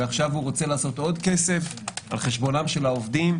ועכשיו הוא רוצה לעשות עוד הרבה כסף על חשבונם של העובדים?